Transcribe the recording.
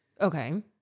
Okay